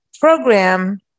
program